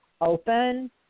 open